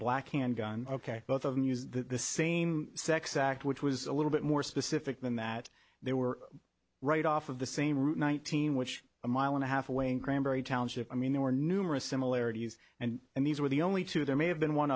black handgun ok both of them use the same sex act which was a little bit more specific than that they were right off of the same route one thousand which a mile and a half away in granbury township i mean there were numerous similarities and and these were the only two there may have been one